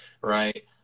right